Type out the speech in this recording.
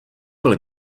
byl